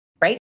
right